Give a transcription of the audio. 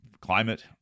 Climate